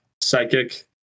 psychic